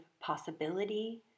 possibility